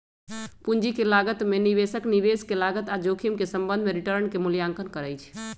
पूंजी के लागत में निवेशक निवेश के लागत आऽ जोखिम के संबंध में रिटर्न के मूल्यांकन करइ छइ